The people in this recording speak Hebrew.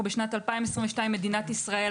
אנחנו בשנת 2022 מדינת ישראל.